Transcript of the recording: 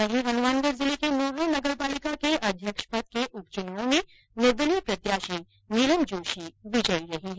वहीं हनुमानगढ जिले के नोहर नगरपालिका के अध्यक्ष पद के उपचुनाव में निर्दलीय प्रत्याशी नीलम जोशी विजयी रही हैं